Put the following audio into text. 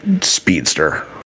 speedster